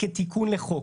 מנוסחת כתיקון לחוק.